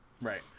Right